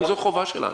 גם זו חובה שלנו.